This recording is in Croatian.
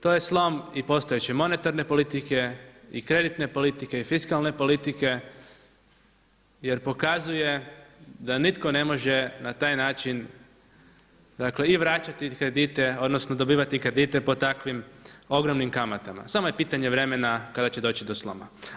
To je slom i postojeće monetarne politike i kreditne politike i fiskalne politike jer pokazuje da nitko ne može na taj način i vraćati kredite odnosno dobivati kredite pod takvim ogromnim kamatama, samo je pitanje vremena kada će doći do sloma.